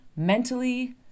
Mentally